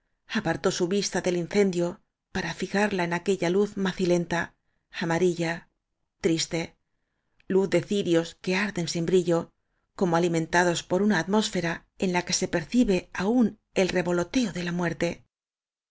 apartó su vista del incendio para fijarla en aquella luz macilenta amarilla triste luz de cirios que ar den sin brillo como alimentados por una atmós fera la en que se percibe aún el revoloteo de la muerte